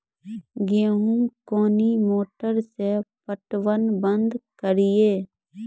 गेहूँ कोनी मोटर से पटवन बंद करिए?